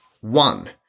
One